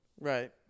Right